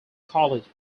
college